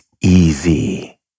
easy